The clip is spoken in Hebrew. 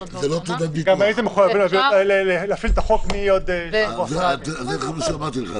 גם הייתם מחויבים להפעיל את החוק מעוד שבוע --- זה מה שאמרתי לך,